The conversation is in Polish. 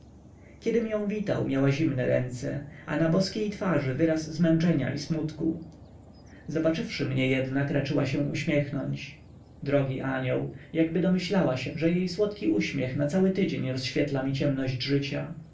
kiedym ją witał miała zimne ręce a na boskiej twarzy wyraz zmęczenia i smutku zobaczywszy mnie jednak raczyła się uśmiechnąć drogi anioł jakby domyślała się że jej słodki uśmiech na cały tydzień rozświetla mi ciemności życia